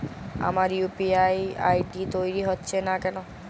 আমার UPI ID তৈরি হচ্ছে না কেনো?